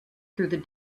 through